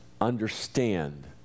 understand